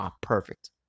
perfect